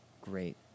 Great